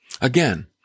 Again